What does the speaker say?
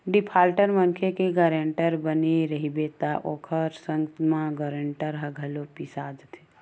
defaulter मनखे के guarantor बने रहिबे त ओखर संग म गारंटर ह घलो पिसा जाथे